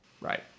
Right